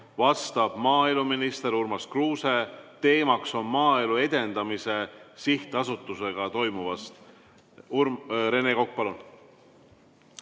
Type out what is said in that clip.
vastab maaeluminister Urmas Kruuse. Teemaks on Maaelu Edendamise Sihtasutusega toimuv. Rene Kokk, palun!